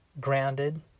grounded